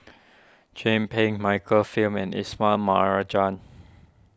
Chin Peng Michael Fam and Ismail Marjan